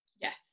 Yes